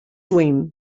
twin